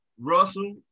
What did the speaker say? Russell